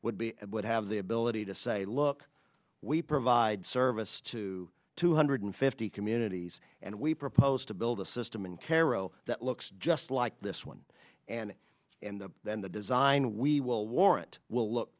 would be and would have the ability to say look we provide service to two hundred fifty communities and we propose to build a system in kero that looks just like this one and and then the design we will warrant will look